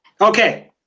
Okay